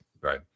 Right